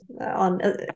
on